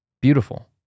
Beautiful